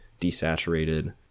desaturated